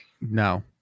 No